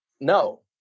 no